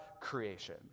creation